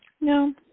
No